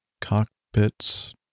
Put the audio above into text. cockpit's